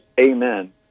amen